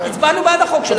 הצבענו בעד החוק של הגיור.